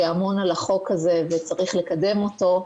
שאמון על החוק הזה וצריך לקדם אותו,